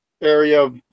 area